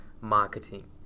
marketing